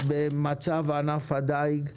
על מצב ענף הדיג בישראל.